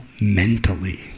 mentally